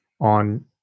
on